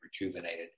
rejuvenated